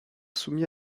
soumis